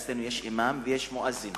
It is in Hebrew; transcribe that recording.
אצלנו יש אימאם ויש מואזין,